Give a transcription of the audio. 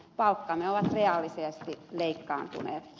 palkkamme ovat reaalisesti leikkaantuneet